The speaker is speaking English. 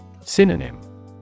Synonym